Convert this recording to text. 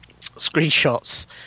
screenshots